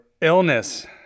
illness